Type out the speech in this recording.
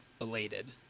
elated